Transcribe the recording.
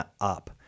up